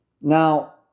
Now